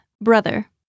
brother